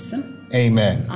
Amen